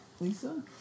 Lisa